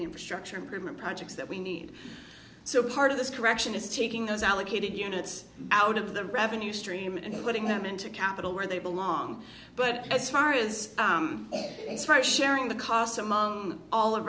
the infrastructure improvement projects that we need so part of this correction is taking those allocated units out of the revenue stream and putting them into capital where they belong but as far as sharing the cost among all